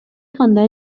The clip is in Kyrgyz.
кандай